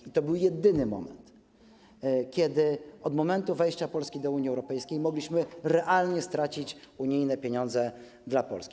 I to był jedyny moment, kiedy od chwili wejścia Polski do Unii Europejskiej mogliśmy realnie stracić unijne pieniądze dla Polski.